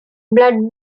blood